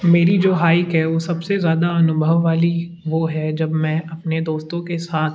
मेरी जो हाइक है वो सब से ज़्यादा अनुभव वाली वो है जब मैं अपने दोस्तों के साथ